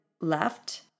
left